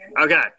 okay